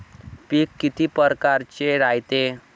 पिकं किती परकारचे रायते?